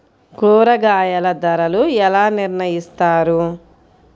కూరగాయల ధరలు ఎలా నిర్ణయిస్తారు?